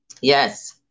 Yes